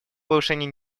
повышения